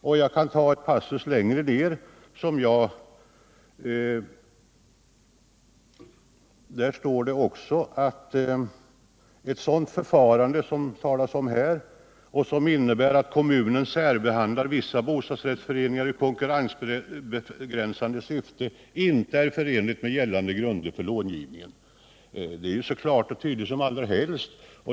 Låt mig också citera en passus längre fram i svaret, där det heter att ”ett sådant förfarande ——-- som innebär att kommunen särbehandlar vissa bostadsrättsföreningar i konkurrensbegränsande syfte — inte är förenligt med gällande grunder för långivningen”. Det är så klart och tydligt som allra helst.